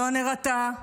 לא נירתע,